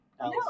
No